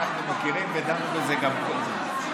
אנחנו מכירים ודנו בזה גם קודם.